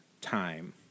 time